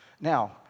Now